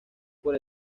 por